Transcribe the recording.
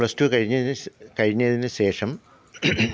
plus two കഴിഞ്ഞതിന് കഴിഞ്ഞതിന് ശേഷം